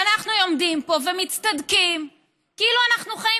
ואנחנו עומדים פה ומצטדקים כאילו אנחנו חיים